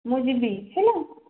ମୁଁ ଯିବି ହେଲା